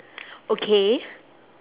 okay